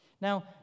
Now